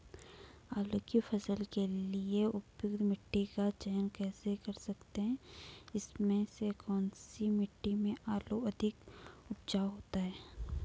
आलू की फसल के लिए उपयुक्त मिट्टी का चयन कैसे कर सकते हैं इसमें से कौन सी मिट्टी में आलू अधिक उपजाऊ होता है?